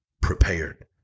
prepared